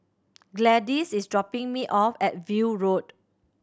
Gladyce is dropping me off at View Road